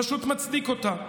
פשוט מצדיק אותה?